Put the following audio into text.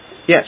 Yes